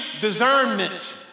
discernment